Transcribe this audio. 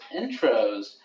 intros